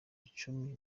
cumi